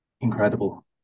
incredible